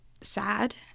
sad